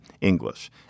English